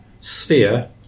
sphere